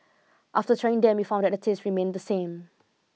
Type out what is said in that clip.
after trying them we found that the taste remained the same